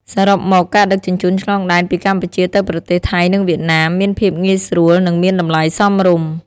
សរុបមក ការដឹកជញ្ជូនឆ្លងដែនពីកម្ពុជាទៅប្រទេសថៃនិងវៀតណាមមានភាពងាយស្រួលនិងមានតម្លៃសមរម្យ។